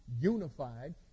unified